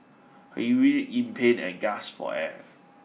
he writhed in pain and gasped for air